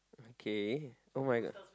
okay [oh]-my-god